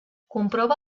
comprova